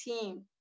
team